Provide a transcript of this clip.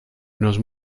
nos